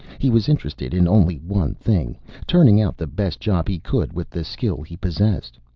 he was interested in only one thing turning out the best job he could, with the skill he possessed.